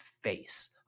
face